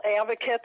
advocates